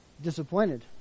disappointed